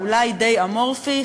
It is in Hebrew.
שהוא אולי די אמורפי,